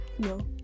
no